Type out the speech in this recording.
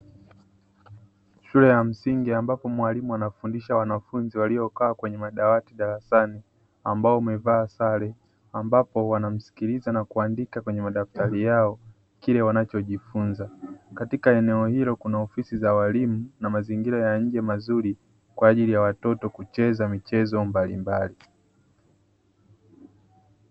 Shule ya msingi ambapo mwalimu anafundisha wanafunzi waliokaa kwenye madawati darasani ambao umevaa sare, ambapo wanamsikiliza na kuandika kwenye madaftari yao kile wanachojifunza, katika eneo hilo kuna ofisi za walimu na mazingira ya nje mazuri kwa ajili ya watoto kucheza michezo mbalimbali.